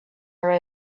are